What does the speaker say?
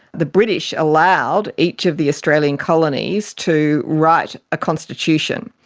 the british allowed each of the australian colonies to write a constitution.